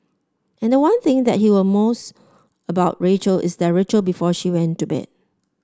and one thing that he will most about Rachel is their ritual before she went to bed